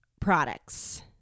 products